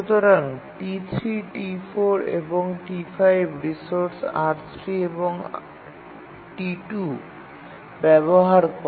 সুতরাং T3 T4 এবং T5 resource R3 এবং T2 ব্যবহার করে